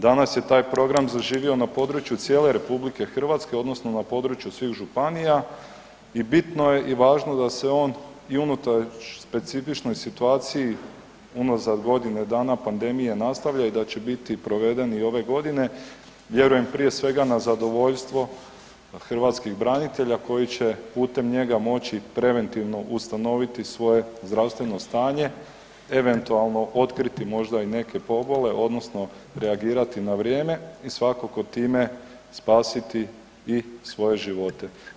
Danas je taj program zaživio na području cijele RH odnosno na području svih županija i bitno je i važno da se on i unutar specifičnoj situaciji unazad godine dana pandemije nastavlja i da će biti proveden i ove godine vjerujem prije svega na zadovoljstvo hrvatskih branitelja koji će putem njega moći preventivno ustanoviti svoje zdravstveno stanje, eventualno otkriti možda i neke pobole odnosno reagirati na vrijeme i svakako time spasiti i svoje živote.